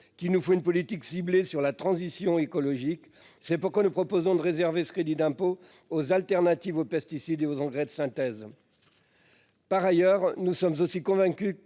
qu'il nous faut une politique ciblée sur la transition écologique. C'est pourquoi nous proposons de réserver ce crédit d'impôt aux alternatives aux pesticides, aux engrais de synthèse. Par ailleurs, nous sommes aussi convaincus